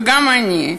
וגם אני,